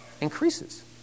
increases